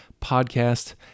podcast